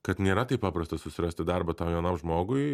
kad nėra taip paprasta susirasti darbą tam jaunam žmogui